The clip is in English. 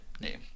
name